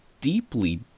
deeply